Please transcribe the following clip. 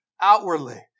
outwardly